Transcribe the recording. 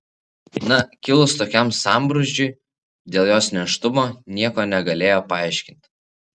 na kilus tokiam sambrūzdžiui dėl jos nėštumo nieko negalėjo paaiškinti